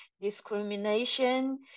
discrimination